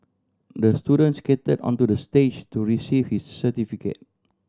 the student skated onto the stage to receive his certificate